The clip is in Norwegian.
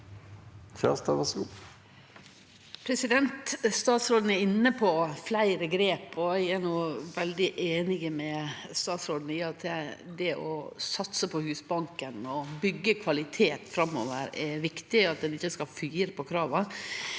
Statsråden er inne på fleire grep, og eg er veldig einig med statsråden i at det å satse på Husbanken og å byggje kvalitet framover, er viktig – at ein ikkje skal fire på krava.